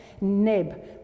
Neb